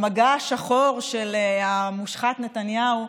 המגע השחור של המושחת נתניהו,